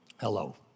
Hello